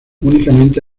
únicamente